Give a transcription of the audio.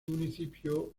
municipio